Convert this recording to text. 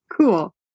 cool